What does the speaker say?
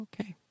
Okay